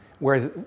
Whereas